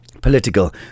Political